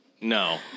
No